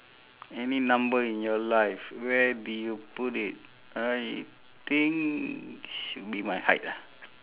any number in your life where do you put in I think should be my height ah